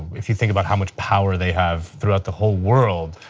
if you think about how much power they have throughout the whole world,